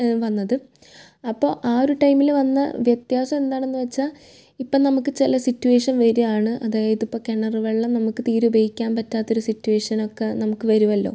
വന്നത് അപ്പോൾ ആ ഒരു ടൈമിൽ വന്ന വ്യത്യാസം എന്താണെന്ന് വെച്ചാൽ ഇപ്പം നമുക്ക് ചില സിറ്റ്വേഷൻ വരുവാണ് അതായതിപ്പം കിണർ വെള്ളം നമുക്ക് തീരെ ഉപയോഗിക്കാൻ പറ്റാത്ത സിറ്റുവേഷനൊക്കെ നമുക്ക് വരുവല്ലൊ